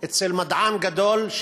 אצל מדען גדול,